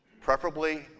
preferably